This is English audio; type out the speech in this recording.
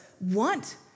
want